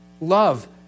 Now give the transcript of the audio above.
Love